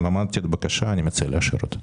למדתי את הבקשה, אני מציע לאשר אותה.